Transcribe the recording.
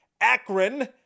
Akron